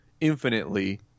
infinitely